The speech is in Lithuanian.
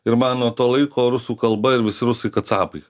ir man nuo to laiko rusų kalba ir visi rusai kacapai